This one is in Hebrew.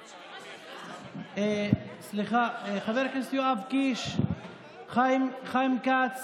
סליחה, חבר הכנסת יואב קיש, חיים כץ,